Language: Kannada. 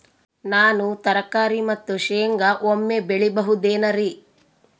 ನಾನು ತರಕಾರಿ ಮತ್ತು ಶೇಂಗಾ ಒಮ್ಮೆ ಬೆಳಿ ಬಹುದೆನರಿ?